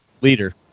leader